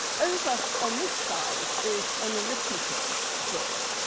over on this side is an arithmetic book.